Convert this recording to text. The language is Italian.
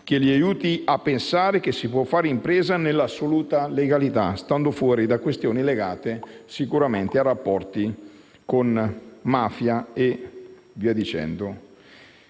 che aiuti loro a pensare che si può fare impresa nell'assoluta legalità, stando fuori da questioni legate a rapporti con mafia e via dicendo.